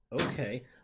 Okay